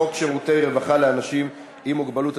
הצעת חוק שירותי רווחה לאנשים עם מוגבלות,